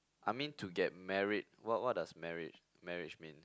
I mean to get married what what does marriage marriage mean